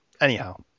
anyhow